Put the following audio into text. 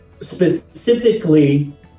specifically